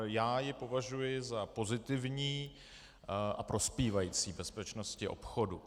Já ji považuji za pozitivní a prospívající bezpečnosti obchodu.